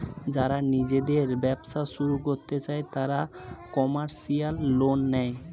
যারা নিজেদের ব্যবসা শুরু করতে চায় তারা কমার্শিয়াল লোন নেয়